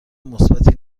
مثبتی